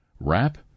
wrap